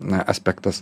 na aspektas